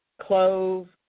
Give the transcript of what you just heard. clove